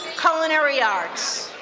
culinary arts.